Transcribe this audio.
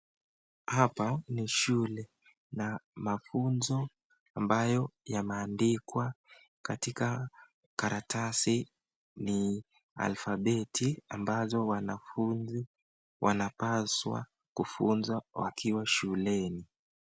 Hapa ni shule, na mafunzo ambayo yameandikwa katika karatasi ni alphabeti ambazo wanafunzi wanapaswa kufunzwa wakiwa shuleni.